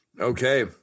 Okay